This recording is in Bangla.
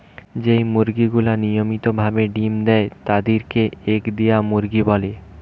যেই মুরগি গুলা নিয়মিত ভাবে ডিম্ দেয় তাদির কে এগ দেওয়া মুরগি বলে